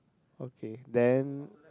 okay then